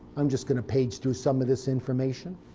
i'm just going to page through some of this information.